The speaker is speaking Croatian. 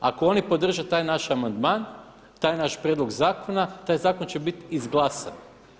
Ako oni podrže taj naš amandman, taj naš prijedlog zakona taj zakon će biti izglasan.